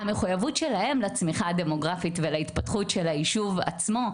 המחויבות שלהם לצמיחה הדמוגרפית ולהתפתחות של היישוב עצמו,